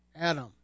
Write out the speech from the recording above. Adam